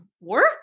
work